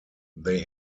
they